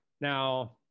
Now